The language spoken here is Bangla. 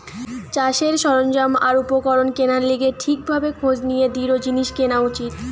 চাষের সরঞ্জাম আর উপকরণ কেনার লিগে ঠিক ভাবে খোঁজ নিয়ে দৃঢ় জিনিস কেনা উচিত